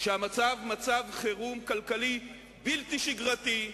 שהמצב הוא מצב חירום כלכלי בלתי שגרתי,